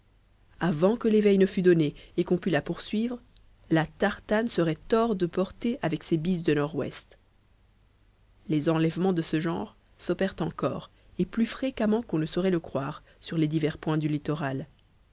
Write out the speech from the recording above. avant que l'éveil ne fût donné et qu'on pût la poursuivre la tartane serait hors de portée avec ces brises de nord-ouest les enlèvements de ce genre s'opèrent encore et plus fréquemment qu'on ne saurait le croire sur les divers points du littoral